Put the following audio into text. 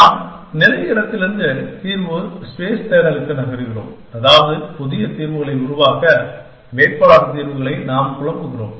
நாம் நிலை இடத்திலிருந்து தீர்வு ஸ்பேஸ் தேடலுக்கு நகர்கிறோம் அதாவது புதிய தீர்வுகளை உருவாக்க வேட்பாளர் தீர்வுகளை நாம் குழப்புகிறோம்